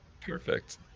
Perfect